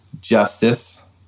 justice